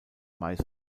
mais